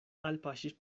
alpaŝis